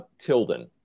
Tilden